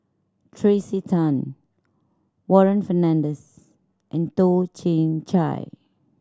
Tracey Tan Warren Fernandez and Toh Chin Chye